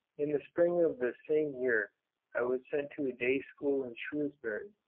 in the spring of this same year i was sent to a day-school in shrewsbury,